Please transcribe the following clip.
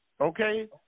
Okay